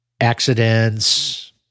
Accidents